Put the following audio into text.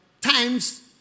times